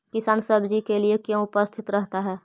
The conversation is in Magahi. किसान सब्जी के लिए क्यों उपस्थित रहता है?